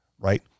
right